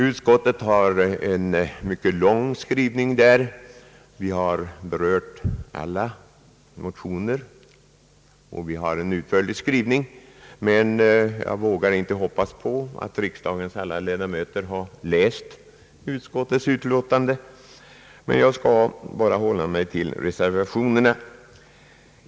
Utskottet har behandlat alla motioner, och vi har en utförlig skrivning. Jag vågar inte hoppas på att kammarens alla ledamöter har läst utskottets utlåtande, men jag skall bara hålla mig till reservationerna.